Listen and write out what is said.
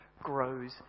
grows